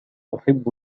أحب